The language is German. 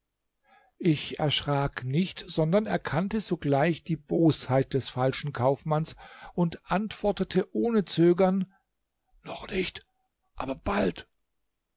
ich erschrak nicht sondern erkannte sogleich die bosheit des falschen kaufmanns und antwortete ohne zögern noch nicht aber bald